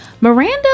Miranda